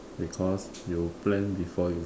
because you plan before you